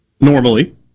Normally